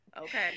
Okay